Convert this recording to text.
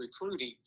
recruiting